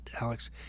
Alex